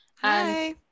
hi